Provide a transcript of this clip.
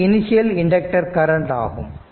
இது initial inductor current ஆகும்